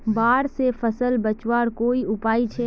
बाढ़ से फसल बचवार कोई उपाय छे?